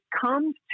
comes